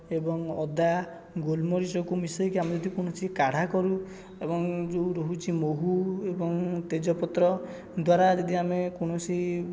ଏବଂ ଅଦା ଗୋଲମରିଚକୁ ମିଶେଇକି ଆମେ ଯଦି କୌଣସି କଢ଼ା କରୁ ଏବଂ ଯେଉଁ ରହୁଛି ମହୁ ଏବଂ ତେଜପତ୍ର ଦ୍ଵାରା ଯଦି ଆମେ କୌଣସି